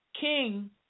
king